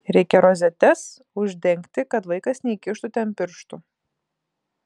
reikia rozetes uždengti kad vaikas neįkištų ten pirštų